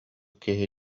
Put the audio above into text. киһи